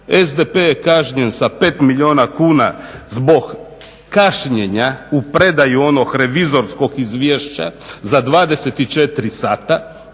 SDP je kažnjen sa 5 milijuna kuna zbog kašnjenja u predaju onog revizorskog izvješća za 24 sata,